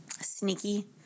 sneaky